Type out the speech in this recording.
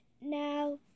Now